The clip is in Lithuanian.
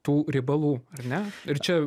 tų riebalų ar ne ir čia